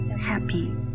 happy